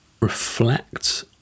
reflect